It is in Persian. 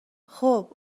خوب